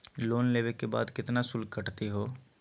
Loan लेवे के बाद केतना शुल्क कटतही हो?